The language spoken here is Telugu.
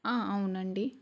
అవునండి